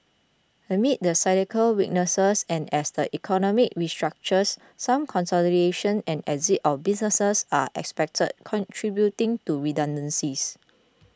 amid the cyclical weaknesses and as the economy restructures some consolidation and exit of businesses are expected contributing to redundancies